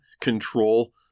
control